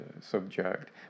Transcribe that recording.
subject